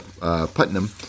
Putnam